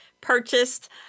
purchased